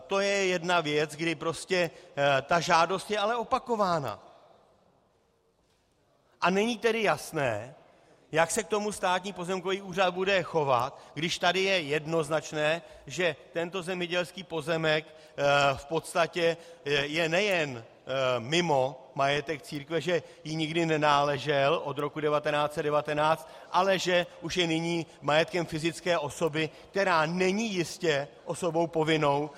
To je jedna věc, kdy prostě ta žádost je ale opakována, a není tedy jasné, jak se k tomu Státní pozemkový úřad bude chovat, když tady je jednoznačné, že tento zemědělský pozemek v podstatě je nejen mimo majetek církve, že jí nikdy nenáležel od roku 1919, ale že už je nyní majetkem fyzické osoby, která není jistě osobou povinnou.